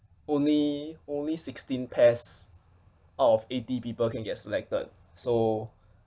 only only sixteen pairs out of eighty people can get selected so